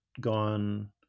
gone